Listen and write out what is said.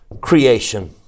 creation